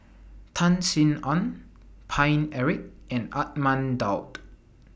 Tan Sin Aun Paine Eric and Ahmad Daud